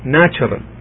natural